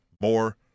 more